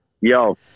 Yo